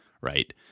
right